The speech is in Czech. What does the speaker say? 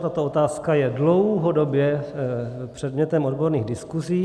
Tato otázka je dlouhodobě předmětem odborných diskusí.